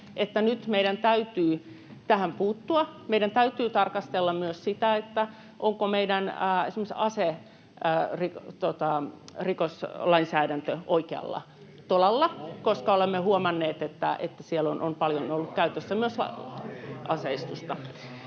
että nyt meidän täytyy tähän puuttua. Meidän täytyy tarkastella myös sitä, onko esimerkiksi meidän aserikoslainsäädäntö oikealla tolalla, koska olemme huomanneet, että siellä on ollut paljon käytössä myös aseistusta.